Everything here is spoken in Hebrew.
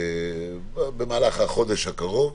במהלך החודש הקרוב,